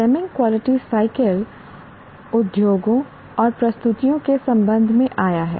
Deming quality cycle Demings Quality Cycle उद्योगों और प्रस्तुतियों के संबंध में आया है